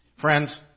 Friends